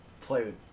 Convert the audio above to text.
play